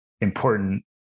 important